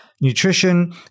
nutrition